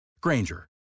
Granger